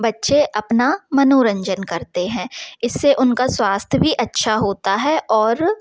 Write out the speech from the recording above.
बच्चे अपना मनोरंजन करते हैं इससे उनका स्वास्थ्य भी अच्छा होता है और